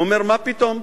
הוא אומר: מה פתאום?